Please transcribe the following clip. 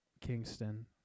Kingston